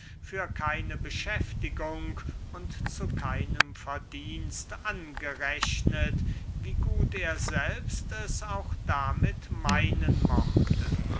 für keine beschäftigung und zu keinem verdienst angerechnet wie gut er selbst es auch damit meinen mochte